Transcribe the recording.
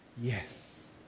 yes